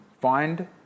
find